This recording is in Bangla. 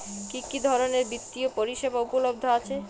কি কি ধরনের বৃত্তিয় পরিসেবা উপলব্ধ আছে?